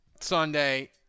Sunday